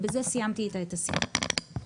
בזה סיימתי את השיחה.